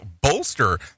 bolster